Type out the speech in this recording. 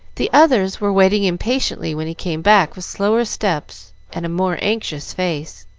the others were waiting impatiently when he came back with slower steps and a more anxious face.